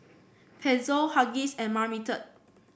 Pezzo Huggies and Marmite